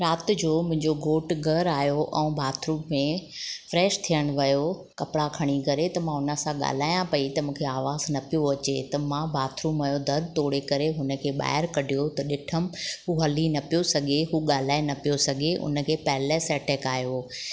राति जो मुंहिंजो घोटु घरु आयो ऐं बाथरूम में फ्रैश थियण वियो कपिड़ा खणी करे त मां हुन सां ॻाल्हायां पई त मूंखे आवाज़ न पियो अचे त मां बाथरूम यो दरु तोड़े करे हुनखे ॿाहिरि कढियो त ॾिठमि हू हली न पियो सघे हू ॻाल्हाए न पियो सघे हुनखे पैरलाइस अटैक आयो हुओ